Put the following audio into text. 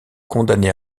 condamné